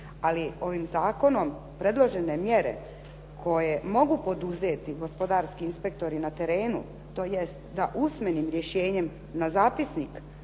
Ali ovim zakonom predložene mjere koje mogu poduzeti gospodarski inspektori na terenu, tj. da usmenim rješenjem na zapisnik